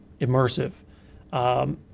immersive